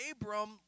Abram